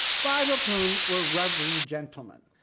five of whom were reverend gentlemen,